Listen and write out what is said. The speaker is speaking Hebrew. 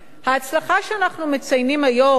ההצלחה שאנחנו מציינים היום,